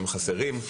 הם חסרים.